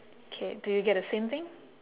K do you get the same thing